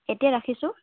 এতিয়া ৰাখিছোঁ